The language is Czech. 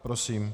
Prosím.